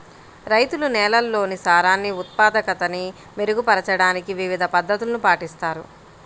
రైతులు నేలల్లోని సారాన్ని ఉత్పాదకతని మెరుగుపరచడానికి వివిధ పద్ధతులను పాటిస్తారు